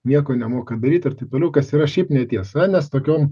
nieko nemokat daryt ir taip toliau kas yra šiaip netiesa nes tokiom